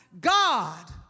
God